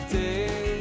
day